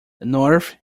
north